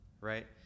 right